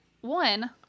one